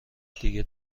دیگه